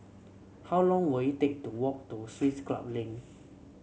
how long will it take to walk to Swiss Club Lane